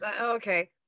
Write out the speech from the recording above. okay